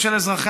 לאזרחי